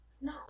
No